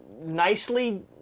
nicely